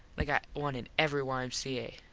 they got one in every y m c a.